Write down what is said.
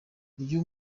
uyu